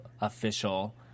official